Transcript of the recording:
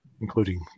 including